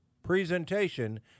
presentation